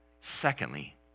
Secondly